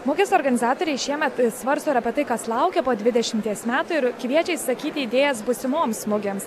mugės organizatoriai šiemet svarsto ir apie tai kas laukia po dvidešimties metų ir kviečia išsakyti idėjas būsimoms mugėms